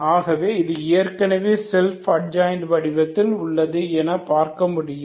ஆகவே இது ஏற்கனவே செல்ஃப் அட்ஜாயின்ட் வடிவத்தில் உள்ளது என பார்க்க முடியும்